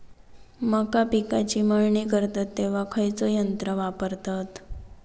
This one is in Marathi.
मका पिकाची मळणी करतत तेव्हा खैयचो यंत्र वापरतत?